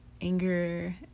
anger